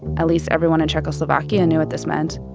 at least everyone in czechoslovakia knew what this meant.